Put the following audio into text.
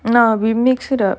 no we mix it up